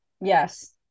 Yes